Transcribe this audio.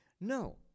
No